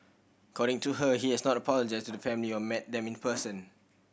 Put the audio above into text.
according to her he has not apologised to the family or met them in person